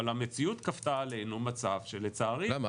אבל המציאות כפתה עלינו מצב שלצערי --- למה,